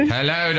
Hello